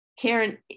Karen